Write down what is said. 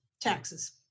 taxes